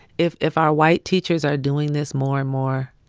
if if our white teachers are doing this more and more,